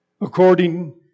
according